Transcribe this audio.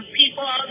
people